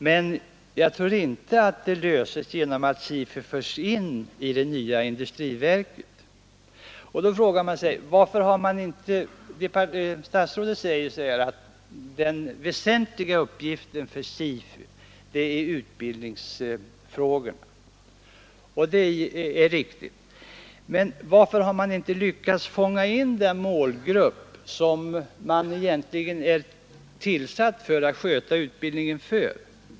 Men jag tror inte att det löses genom att SIFU förs in i det nya industriverket. Statsrådet säger att den väsentliga uppgiften för SIFU är utbildningsfrågorna, och det är riktigt. Men varför har institutet inte lyckats fånga in den målgrupp som institutet egentligen skall sköta utbildningen för?